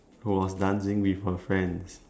who was dancing with her friends